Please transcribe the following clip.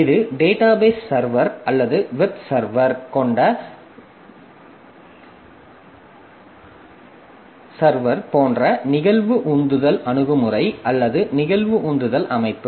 இது database server அல்லது web server கொண்ட சர்வர் போன்ற நிகழ்வு உந்துதல் அணுகுமுறை அல்லது நிகழ்வு உந்துதல் அமைப்பு